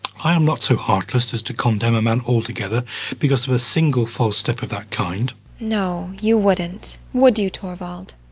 i am not so heartless as to condemn a man altogether because of a single false step of that kind no, you wouldn't, would you, torvald?